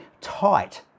tight